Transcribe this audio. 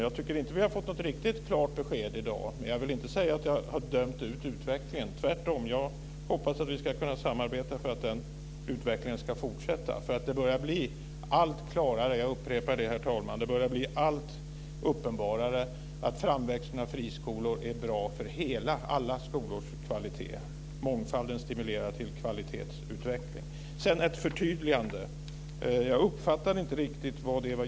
Jag tycker inte att vi har fått något riktigt klart besked i dag. Jag vill inte säga att jag har dömt ut utvecklingen. Jag hoppas tvärtom att vi ska kunna samarbeta för att den här utvecklingen ska fortsätta. Det börjar bli allt klarare - jag upprepar det, herr talman - att framväxande av friskolor är bra när det gäller alla skolors kvalitet. Mångfalden stimulerar till kvalitetsutveckling. Sedan vill jag ha ett förtydligande.